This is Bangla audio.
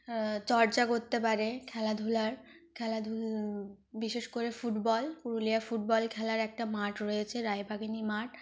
হ্যাঁ চর্চা করতে পারে খেলাধুলার বিশেষ করে ফুটবল পুরুলিয়ায় ফুটবল খেলার একটা মাঠ রয়েছে রায়বাঘিনী মাঠ